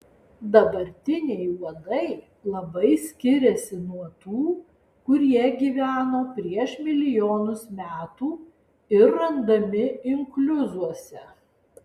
dabartiniai uodai labai skiriasi nuo tų kurie gyveno prieš milijonus metų ir randami inkliuzuose